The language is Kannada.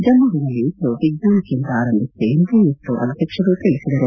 ಜಮ್ಮವಿನಲ್ಲಿ ಇಸ್ತೋ ವಿಜ್ಞಾನ ಕೇಂದ್ರವನ್ನು ಆರಂಭಿಸಿದೆ ಎಂದು ಇಸ್ರೋ ಅಧ್ಯಕ್ಷರು ತಿಳಿಸಿದರು